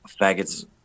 faggots